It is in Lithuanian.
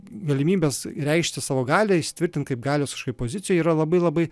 galimybes reikšti savo galią įsitvirtinti kaip galios pozicija yra labai labai